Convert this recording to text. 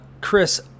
Chris